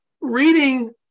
reading